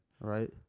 Right